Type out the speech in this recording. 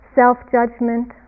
self-judgment